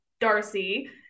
Darcy